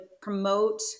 promote